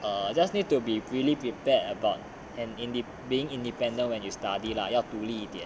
err just need to be really prepared about and being independent when you study lah 要独立一点